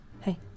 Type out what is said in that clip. hey